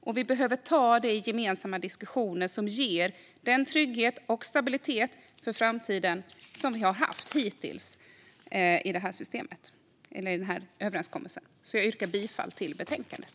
Och vi behöver ta de gemensamma diskussioner som ger den trygghet och stabilitet för framtiden som vi har haft hittills i det här systemet och genom den här överenskommelsen. Jag yrkar bifall till förslaget i betänkandet.